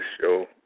show